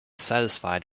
satisfied